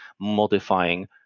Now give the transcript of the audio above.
modifying